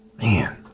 Man